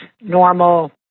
normal